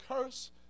curse